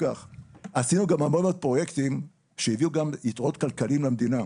עשינו גם המון פרויקטים שהביאו גם יתרונות כלכליים למדינה.